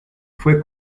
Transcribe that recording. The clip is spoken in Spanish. fue